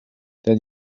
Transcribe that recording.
that